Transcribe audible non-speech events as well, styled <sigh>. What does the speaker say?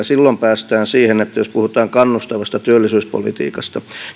<unintelligible> silloin päästään siihen että jos puhutaan kannustavasta työllisyyspolitiikasta